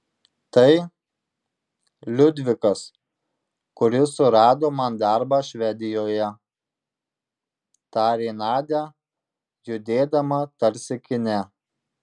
tai liudvikas kuris surado man darbą švedijoje tarė nadia judėdama tarsi kine